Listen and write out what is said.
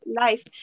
life